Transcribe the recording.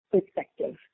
perspective